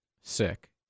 Sick